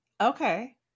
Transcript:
Okay